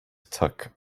took